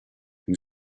whom